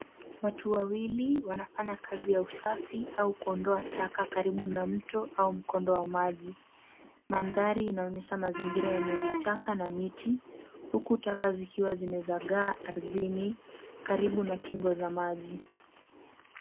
Watu wawili wanafanya kazi ya usafi au kuondoa taka karibu na mto au mkondo wa maji. Mandhari inaonyesha mazingira yenye vichaka na miti, huku taka zikiwa zimezagaa ardhini karibu na kingo za maji.